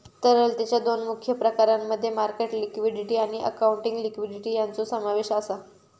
तरलतेच्या दोन मुख्य प्रकारांमध्ये मार्केट लिक्विडिटी आणि अकाउंटिंग लिक्विडिटी यांचो समावेश आसा